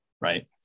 right